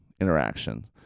interaction